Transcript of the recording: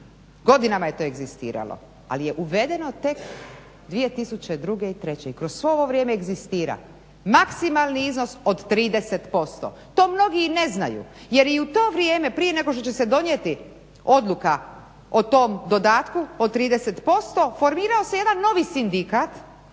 Godinama je to egzistiralo ali je uvedeno tek 2002. i '03. I kroz svo ovo vrijeme egzistira maksimalni iznos od 30%. To mnogi i ne znaju jer je i u to vrijeme prije nego što će se donijeti odluka o tom dodatku od 30% formirao se jedan novi sindikat